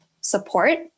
support